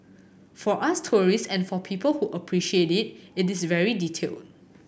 for us tourists and for people who appreciate it it is very detailed